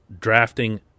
drafting